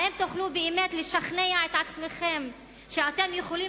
האם באמת תוכלו לשכנע את עצמכם שאתם יכולים